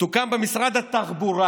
שיישאר בתחום הפעולה של משרד האוצר.